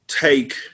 take